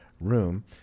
room